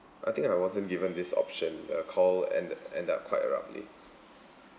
I think I wasn't given this option uh call ended end up quite abruptly